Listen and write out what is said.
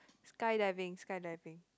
sky diving sky diving